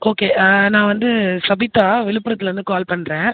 okay நான் வந்து சபித்தா விழுப்புரத்துலேருந்து கால் பண்ணுறேன்